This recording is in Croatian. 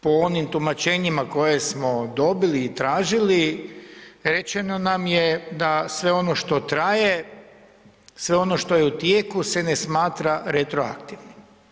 Po onim tumačenjima koje smo dobili i tražili rečeno nam je da sve ono što traje, sve ono što je u tijeku se ne smatra retroaktivnim.